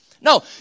No